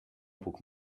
puc